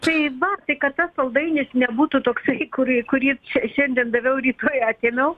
tai va tai kad tas saldainis nebūtų toksai kurį kurį šia šiandien daviau rytoj atėmiau